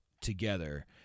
together